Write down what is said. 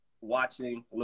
watching